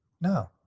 No